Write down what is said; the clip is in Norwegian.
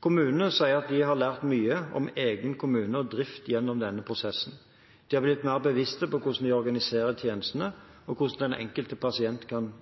Kommunene sier at de har lært mye om egen kommune og drift gjennom denne prosessen. De har blitt mer bevisste på hvordan de organiserer tjenestene, og på hvordan den enkelte pasient kan